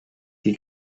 qui